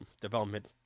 development